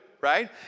right